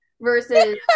versus